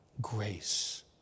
Grace